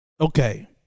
okay